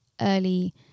early